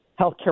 healthcare